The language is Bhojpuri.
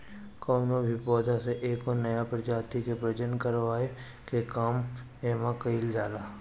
कवनो भी पौधा से एगो नया प्रजाति के प्रजनन करावे के काम एमे कईल जाला